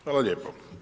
Hvala lijepo.